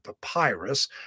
papyrus